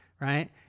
right